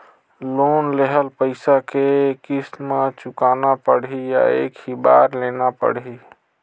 Loan लेहल पइसा के किस्त म चुकाना पढ़ही या एक ही बार देना पढ़ही?